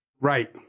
Right